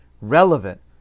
relevant